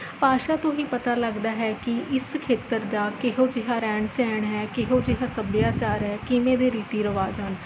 ਭਾਸ਼ਾ ਤੋਂ ਹੀ ਪਤਾ ਲੱਗਦਾ ਹੈ ਕਿ ਇਸ ਖੇਤਰ ਦਾ ਕਿਹੋ ਜਿਹਾ ਰਹਿਣ ਸਹਿਣ ਹੈ ਕਿਹੋ ਜਿਹਾ ਸੱਭਿਆਚਾਰ ਹੈ ਕਿਵੇਂ ਦੇ ਰੀਤੀ ਰਿਵਾਜ਼ ਹਨ